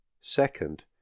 second